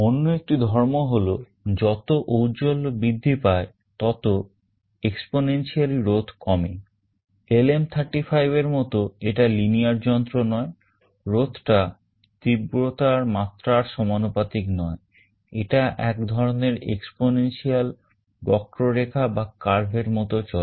অন্য একটি ধর্ম মত চলে